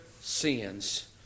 sins